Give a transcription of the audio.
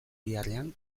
beharrean